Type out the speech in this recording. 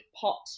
pot